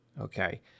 okay